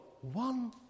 one